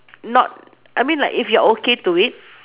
not I mean like if you're okay to it